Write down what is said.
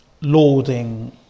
lauding